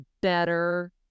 better